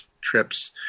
trips